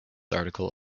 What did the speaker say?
article